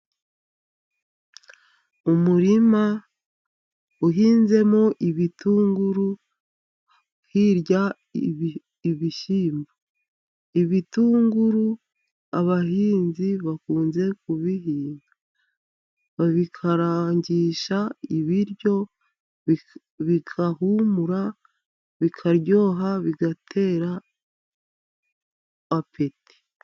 Umurima uhinzemo ibitunguru hirya ibishyimbo. Ibitunguru abahinzi bakunze kuhinga, babikarangisha ibiryo bigahumura bikaryoha bigatera apeti.